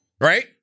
right